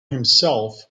himself